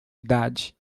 idade